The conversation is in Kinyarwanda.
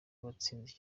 watsinze